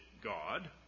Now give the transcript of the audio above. God